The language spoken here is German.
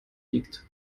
liegt